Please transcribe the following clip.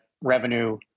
revenue